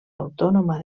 autònoma